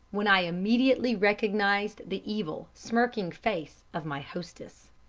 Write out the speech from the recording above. when i immediately recognized the evil, smirking face of my hostess.